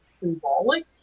symbolic